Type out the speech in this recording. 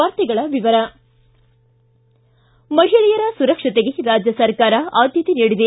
ವಾರ್ತೆಗಳ ವಿವರ ಮಹಿಳೆಯರ ಸುರಕ್ಷತೆಗೆ ರಾಜ್ಯ ಸರ್ಕಾರ ಆದ್ಯತೆ ನೀಡಿದೆ